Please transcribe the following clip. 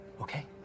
Okay